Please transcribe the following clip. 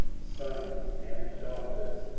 sons, and daughters,